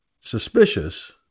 suspicious